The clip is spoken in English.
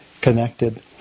connected